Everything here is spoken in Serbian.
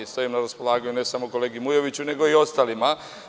Stojim na raspolaganju ne samo kolegi Mukoviću, nego i ostalima.